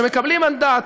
שמקבלים מנדט,